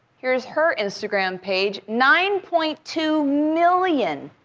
here's her instagram page, nine point two million.